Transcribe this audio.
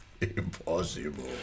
Impossible